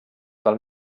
del